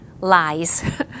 lies